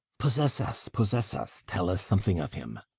possess us, possess us tell us something of him.